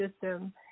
system